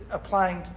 applying